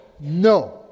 no